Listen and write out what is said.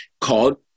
called